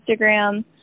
Instagram